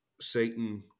Satan